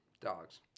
Dogs